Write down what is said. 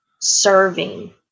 serving